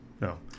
No